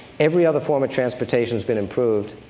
every other form of transportation's been improved.